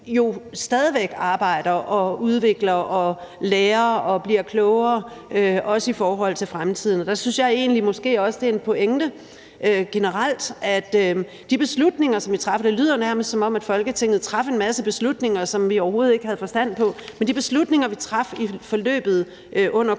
jo stadig væk arbejder og udvikler og lærer og bliver klogere, også i forhold til fremtiden. Der synes jeg måske også, det er en pointe generelt, at de beslutninger, som vi traf under corona – og det lyder nærmest, som om Folketinget traf en masse beslutninger, som vi overhovedet ikke havde forstand på – jo ikke var nogen, der kom ud